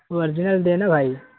original دینا بھائی